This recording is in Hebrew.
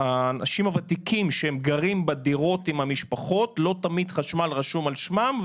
אנשים ותיקים שהם גרים בדירות עם המשפחות ולא תמיד חשמל רשום על שמם,